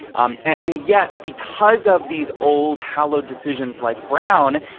um and yet, because of these old hallowed decisions like brown,